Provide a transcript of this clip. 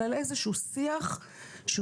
אלא איזשהו שיח שהוא